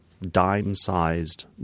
dime-sized